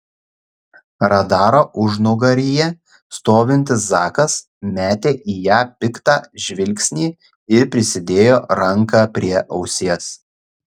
radaro užnugaryje stovintis zakas metė į ją piktą žvilgsnį ir prisidėjo ranką prie ausies